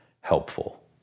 helpful